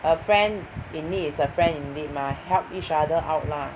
a friend in need is a friend indeed mah help each other out lah